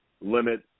limit